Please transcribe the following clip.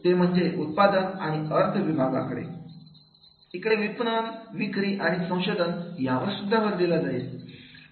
ते म्हणजे उत्पादन आणि अर्थ विभाग याचबरोबर इकडे विपणन विक्री आणि संशोधन यावर सुद्धा भर दिला जाईल